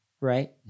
right